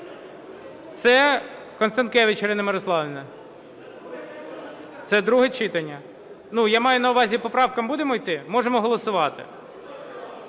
Це Констанкевич Ірина Мирославівна. Це друге читання. Я маю на увазі, по правкам будемо іти? Можемо голосувати.